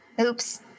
Oops